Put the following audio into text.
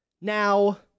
Now